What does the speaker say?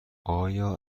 آیا